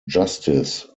justice